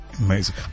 Amazing